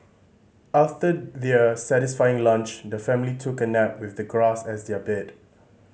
after their satisfying lunch the family took a nap with the grass as their bed